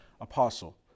apostle